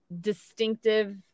distinctive